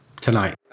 tonight